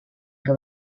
que